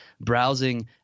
browsing